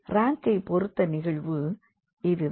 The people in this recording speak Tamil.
ரேங்க்கை பொறுத்த நிகழ்வு இதுதான்